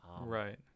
Right